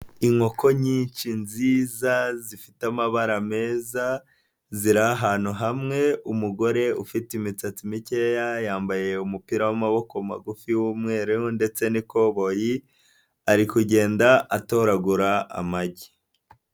Inkoko nyinshi nziza zifite amabara meza, ziri ahantu hamwe umugore ufite imitsatsi mikeya yambaye umupira w'amaboko magufi w'umweru ndetse n'ikoboyi, ari kugenda atoragura amagi.